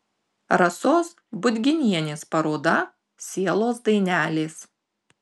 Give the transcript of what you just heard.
rasos budginienės paroda sielos dainelės